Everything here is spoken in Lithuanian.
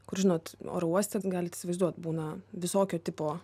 kur žinot oro uoste galit įsivaizduot būna visokio tipo